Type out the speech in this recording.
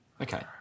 Okay